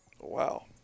Wow